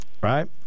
right